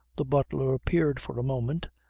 the butler appeared for a moment,